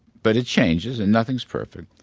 but it changes, and nothing's perfect.